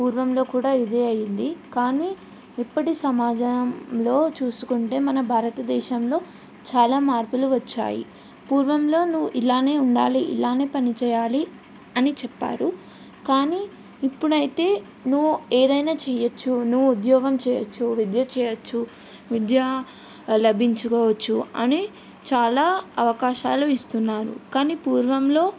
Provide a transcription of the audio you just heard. పూర్వంలో కూడా ఇదే అయ్యింది కానీ ఇప్పటి సమాజంలో చూసుకుంటే మన భారతదేశంలో చాలా మార్పులు వచ్చాయి పూర్వంలో నువ్వు ఇలానే ఉండాలి ఇలానే పని చేయాలి అని చెప్పారు కానీ ఇప్పుడైతే నువ్వు ఏదైనా చెయ్యచ్చు నువ్వు ఉద్యోగం చెయ్యచ్చు విద్య చెయ్యచ్చు విద్యా లభించుకోవచ్చు అని చాలా అవకాశాలు ఇస్తున్నారు కానీ పూర్వంలో